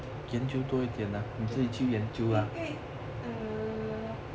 因为 uh